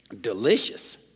delicious